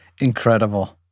Incredible